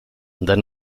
denn